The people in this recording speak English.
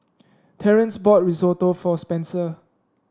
Terance bought Risotto for Spencer